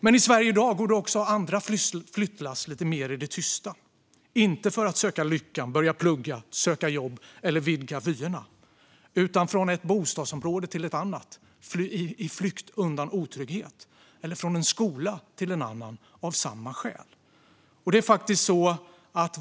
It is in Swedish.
Men i Sverige i dag går det också andra flyttlass lite mer i det tysta - inte för att söka lyckan, börja plugga, söka jobb eller vidga vyerna utan från ett bostadsområde till ett annat i flykt undan otrygghet, eller från en skola till en annan av samma skäl.